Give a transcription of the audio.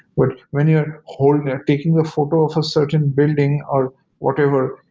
when when you're holding or taking the photo of a certain building or whatever,